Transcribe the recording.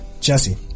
Jesse